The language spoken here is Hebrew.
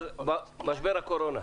אבל על משבר הקורונה.